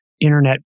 internet